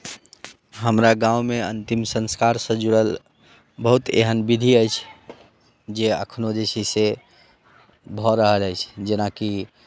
हमरा गाममे अंतिम संस्कारसँ जुड़ल बहुत एहन विधि अछि जे एखनो जे छै से भऽ रहल अछि जेनाकि